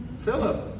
Philip